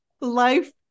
life